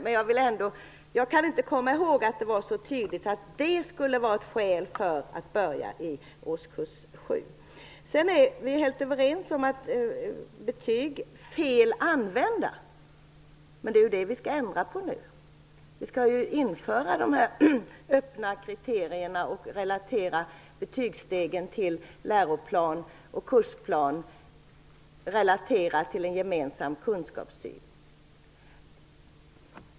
Men jag kan inte komma ihåg att detta skulle vara ett skäl för att införa betyg i årskurs Vi är helt överens om att betygen används fel, men det är ju det vi skall ändra på nu. Vi skall ju införa öppna kriterier och relatera betygsstegen till läroplan och kursplan samt en gemensam kunskapssyn.